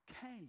came